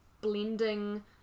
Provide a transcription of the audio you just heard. blending